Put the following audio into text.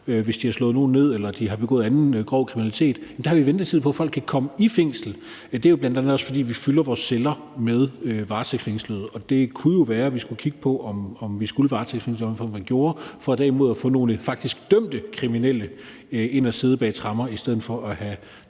Hvis de har slået nogen ned eller de har begået anden grov kriminalitet, har vi ventetider på, at folk kan komme i fængsel. Det er jo bl.a. også, fordi vi fylder vores celler med varetægtsfængslede. Det kunne være, vi skulle kigge på, om vi skal varetægtsfængsle i det omfang, vi gør, eller hvad vi kunne gøre for derimod at få nogle faktisk dømte kriminelle ind at sidde bag tremmer i stedet for at have